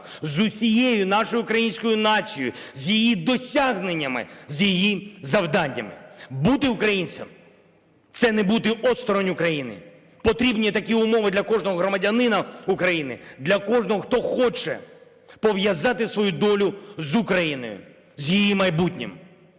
з усією нашою українською нацією, з її досягненнями, з її завданнями. Бути українцем – це не бути осторонь України, потрібні такі умови для кожного громадянина України, для кожного, хто хоче пов'язати свою долю з Україною, з її майбутнім.